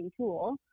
tool